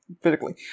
physically